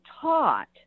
taught